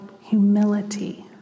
humility